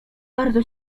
bardzo